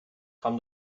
kam